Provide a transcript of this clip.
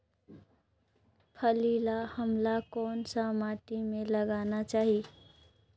फल्ली ल हमला कौन सा माटी मे लगाना चाही?